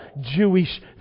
Jewish